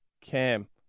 Cam